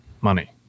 money